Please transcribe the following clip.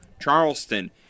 Charleston